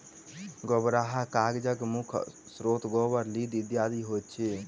गोबराहा कागजक मुख्य स्रोत गोबर, लीद इत्यादि होइत अछि